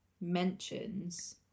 mentions